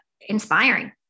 inspiring